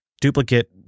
duplicate